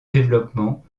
développement